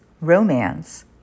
romance